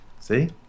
See